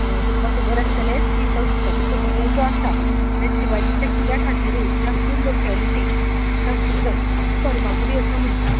तुमकां खबर आसतलेंच की तो शिवाजीचो किल्लो जो आसा त्या शिवाजीच्या किल्ल्या खातिरूच त्या फूल लॉकेलिटीक त्या फूल फर्मागुडी अशे म्हणटात